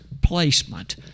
placement